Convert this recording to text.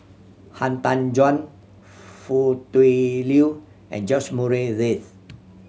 Han Tan Juan Foo Tui Liew and George Murray Reith